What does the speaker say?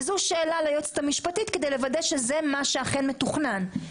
וזו שאלה ליועצת המשפטית כדי לוודא שזה מה שאכן מתוכנן.